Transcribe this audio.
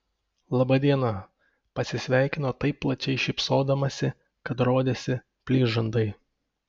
laba diena pasisveikino taip plačiai šypsodamasi kad rodėsi plyš žandai